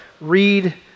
read